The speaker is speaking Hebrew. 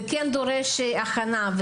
זה כן דורש הכנה.